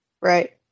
Right